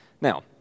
Now